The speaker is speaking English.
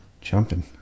jumping